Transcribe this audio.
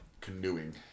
Canoeing